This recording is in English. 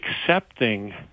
accepting